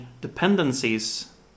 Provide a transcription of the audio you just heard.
dependencies